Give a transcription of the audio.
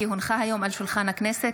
כי הונחה היום על שולחן הכנסת,